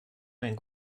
ein